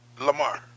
Lamar